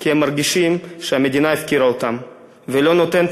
כי הם מרגישים שהמדינה הפקירה אותם ולא נותנת